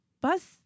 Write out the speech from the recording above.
bus